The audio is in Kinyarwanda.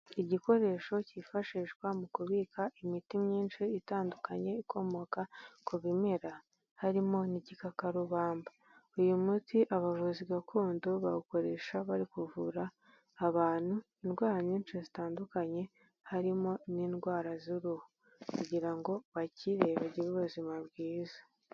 Igikoresho cyifashishwa mu kubika imiti myinshi itandukanye ikomoka ku bimera, harimo igikakarubamba uyu muti abavuzi gakondo bawukoresha bari kuvura abantu indwara nyinshi zitandukanye, harimo n'indwara z'uruhu kugira ngo bakire bagire ubuzima bwiza.